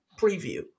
preview